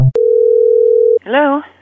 Hello